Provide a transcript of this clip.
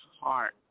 heart